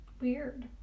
Weird